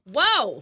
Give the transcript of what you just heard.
Whoa